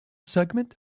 segment